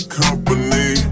company